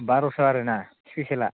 बार'स' आरोना स्पिसियेला